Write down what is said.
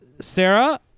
Sarah